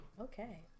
Okay